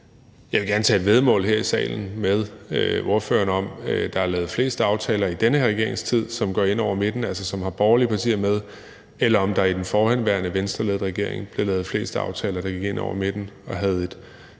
Jeg vil gerne tage et væddemål her i salen med ordføreren om, om der er lavet flest aftaler i den her regerings tid, som går ind over midten, altså som har borgerlige partier med, eller om der i den forhenværende Venstreledede regering blev lavet flest aftaler, der gik ind over midten og havde et